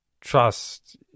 trust